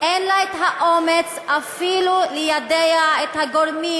אין לה האומץ אפילו ליידע את הגורמים,